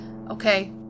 Okay